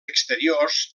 exteriors